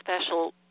special